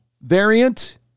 variant